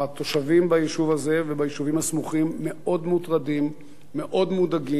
התושבים ביישוב הזה וביישובים הסמוכים מאוד מוטרדים ומאוד מודאגים.